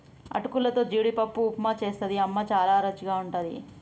అటుకులతో జీడిపప్పు ఉప్మా చేస్తది అమ్మ చాల రుచిగుంటది